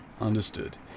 Understood